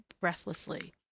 breathlessly